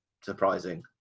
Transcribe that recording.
surprising